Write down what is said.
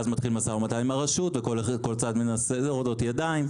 ואז מתחיל משא ומתן עם הרשות, ויש הורדות ידיים.